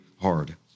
hard